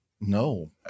No